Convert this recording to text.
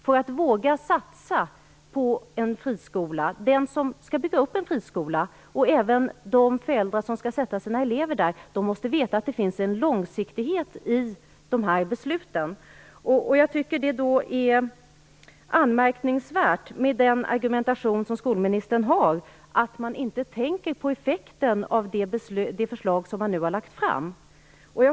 För att våga satsa på en friskola måste den som skall bygga upp en sådan skola och även de föräldrar som skall sätta sina barn där veta att det finns en långsiktighet i besluten. Med tanke på skolministerns argumentation är det anmärkningsvärt att man inte tänker på effekten av det förslag som man nu har lagt fram.